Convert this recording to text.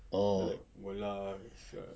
oh